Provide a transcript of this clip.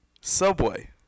Subway